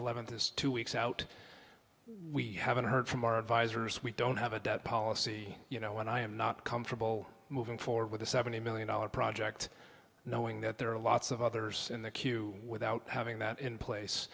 eleventh is two weeks out we haven't heard from our advisors we don't have a policy you know when i am not comfortable moving forward with the seventy million dollars project knowing that there are lots of others in the queue without having that in place